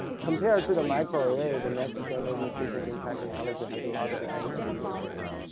compared to the microarray the next generation sequencing technology has a lot of advantages.